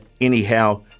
anyhow